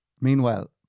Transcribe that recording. meanwhile